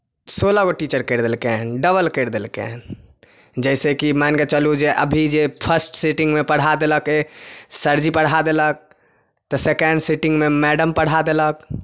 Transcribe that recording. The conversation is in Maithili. सोलह गो टीचर करि देलकै हन डबल करि देलकै हन जैसेकि मानि कऽ चलू जे अभी जे फर्स्ट सीटिंगमे पढ़ा देलकै सरजी पढ़ा देलक तऽ सेकेण्ड सीटिंगमे मैडम पढ़ा देलक